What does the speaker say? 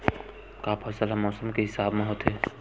का फसल ह मौसम के हिसाब म होथे?